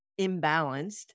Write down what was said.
imbalanced